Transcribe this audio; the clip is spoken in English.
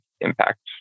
impact